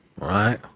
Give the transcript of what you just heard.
right